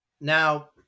Now